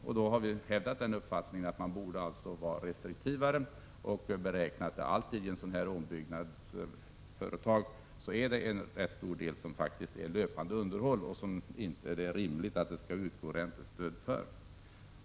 Vi har därför hävdat uppfattningen att man alltså borde vara restriktivare och ha i beräkning att det alltid vid sådana ombyggnader faktiskt är en rätt stor del som utgörs av löpande underhåll, som det inte är rimligt att det skall utgå räntestöd för.